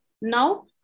Now